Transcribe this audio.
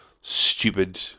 stupid